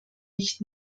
nicht